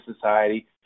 Society